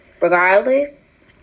regardless